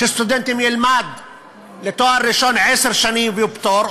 שסטודנט ילמד לתואר ראשון עשר שנים ויהיה פטור,